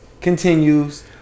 continues